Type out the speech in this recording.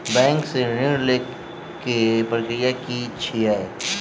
Bank सऽ ऋण लेय केँ प्रक्रिया की छीयै?